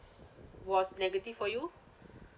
was negative for you